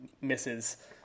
misses